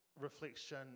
reflection